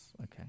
Okay